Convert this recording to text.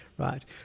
right